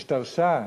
שנשתרשה,